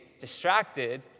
distracted